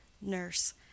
Nurse